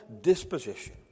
disposition